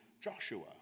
Joshua